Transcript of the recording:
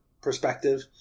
perspective